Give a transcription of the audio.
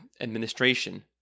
administration